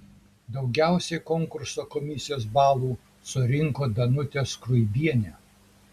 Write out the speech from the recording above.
daugiausiai konkurso komisijos balų surinko danutė skruibienė